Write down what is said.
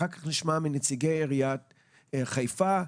אחר כך נשמע מנציגי עיריית חיפה,